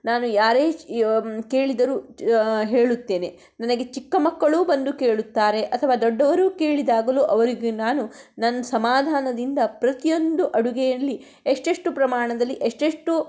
ನಾನು ಯಾರೇ ಕೇಳಿದರೂ ಹೇಳುತ್ತೇನೆ ನನಗೆ ಚಿಕ್ಕ ಮಕ್ಕಳೂ ಬಂದು ಕೇಳುತ್ತಾರೆ ಅಥವಾ ದೊಡ್ಡವರೂ ಕೇಳಿದಾಗಲೂ ಅವರಿಗೆ ನಾನು ನಾನು ಸಮಾಧಾನದಿಂದ ಪ್ರತಿಯೊಂದು ಅಡುಗೆಯಲ್ಲಿ ಎಷ್ಟೆಷ್ಟು ಪ್ರಮಾಣದಲ್ಲಿ ಎಷ್ಟೆಷ್ಟು